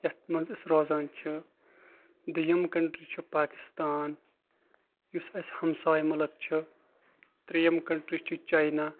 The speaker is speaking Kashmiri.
یَتھ منٛز أسۍ روزان چھِ دوٚیِم کَنٹرٛی چھِ پاکِستان یُس اَسہِ ہَمساے مُلک چھِ ترٛیٚیِم کَنٹرٛی چھِ چاینا